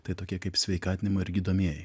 tai tokie kaip sveikatinimo ir gydomieji